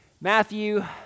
Matthew